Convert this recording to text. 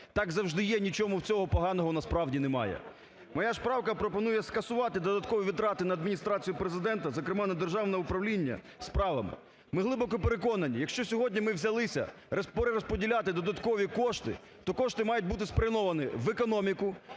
так завжди є і нічого в цьому поганого насправді немає. Моя ж правка пропонує скасувати додаткові витрати на Адміністрацію Президента, зокрема, на Державне управління справами. Ми глибоко переконані, якщо сьогодні ми взялися перерозподіляти додаткові кошти, то кошти мають бути спрямовані в економіку,